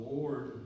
Lord